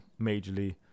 majorly